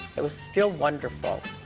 it was still wonderful.